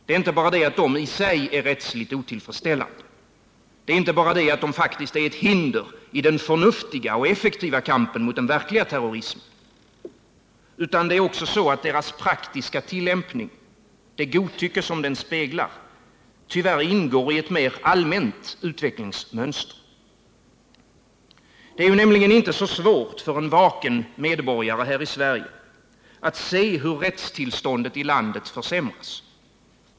De är inte bara i sig rättsligt otillfredsställande och utgör ett faktiskt hinder i den förnuftiga och effektiva kampen mot den verkliga terrorismen utan deras praktiska tillämpning, det godtycke de speglar, ingår tyvärr i ett mera allmänt utvecklingsmönster. Det är nämligen inte svårt för en vaken medborgare här i Sverige att se hur rättstillståndet i landet försämras.